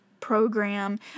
program